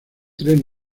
tres